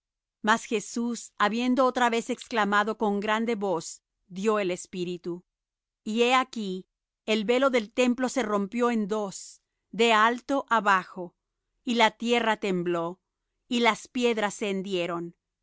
mas jesús habiendo otra vez exclamado con grande voz dió el espíritu y he aquí el velo del templo se rompió en dos de alto á bajo y la tierra tembló y las piedras se hendieron